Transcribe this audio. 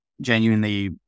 genuinely